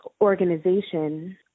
organization